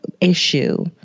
issue